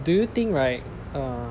do you think right err